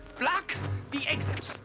block the exits!